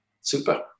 Super